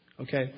okay